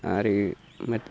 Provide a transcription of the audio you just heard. आरो